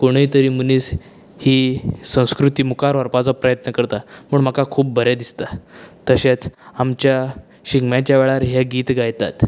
कोणूय तरी मनीस ही संस्कृती मुखार व्हरपाचो प्रयत्न करता पूण म्हाका खूब बरें दिसता तशेंच आमच्या शिगम्याच्या वेळार हें गीत गायतात